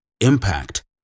impact